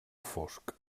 fosc